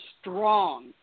strong